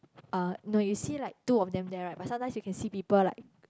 uh no you see like two of them there right but sometimes you can see people like